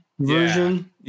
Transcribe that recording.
version